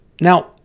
Now